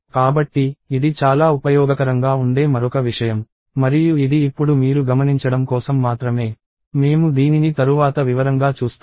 కాబట్టి ఇది చాలా ఉపయోగకరంగా ఉండే మరొక విషయం మరియు ఇది ఇప్పుడు మీరు గమనించడం కోసం మాత్రమే మేము దీనిని తరువాత వివరంగా చూస్తాము